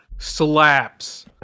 slaps